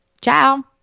Ciao